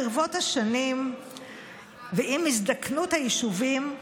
ברבות השנים ועם הזדקנות היישובים,